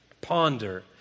Ponder